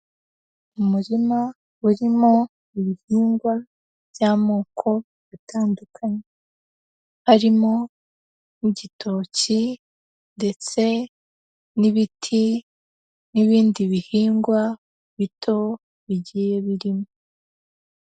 Umurima urimo ibihingwa by'amoko atandukanye, harimo igitoki ndetse n'ibiti n'ibindi bihingwa bito bigiye birimo.